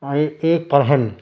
اور ایک پڑھن